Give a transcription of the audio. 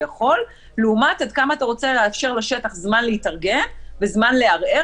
יכול לעומת עד כמה אתה רוצה לאפשר לשטח זמן להתארגן וזמן לערער